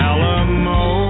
Alamo